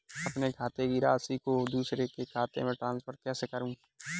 अपने खाते की राशि को दूसरे के खाते में ट्रांसफर कैसे करूँ?